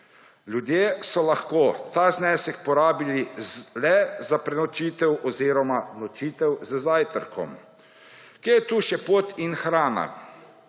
Ljudje so lahko ta znesek porabili le za prenočitev oziroma nočitev z zajtrkom. Kje je tu še pot in hrana?